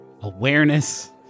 awareness